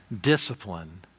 Discipline